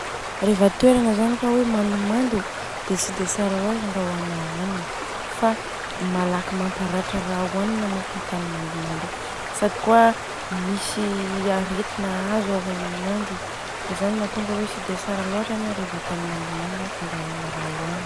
Reva toerana zany ka hoe mandomando dia tsy dia tsara loatra andrahoana hanina fa malaky mamparatra. Raha ohanina moko i raha mandomando io sady kôa misy aretina azo aminanjy. Dia zany mantonga hoe tsy dia tsara loatra reva tany mandomando andrahoana raha ohanina.